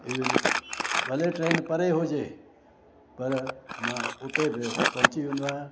even भले train परे हुजे पर मां हुते बि पहुची वेंदो आहियां